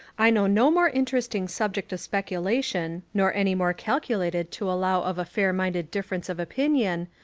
i know no more interesting subject of speculation, nor any more calculated to allow of a fair-minded difference of opinion,